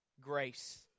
grace